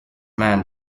man